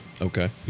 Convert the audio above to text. Okay